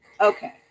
okay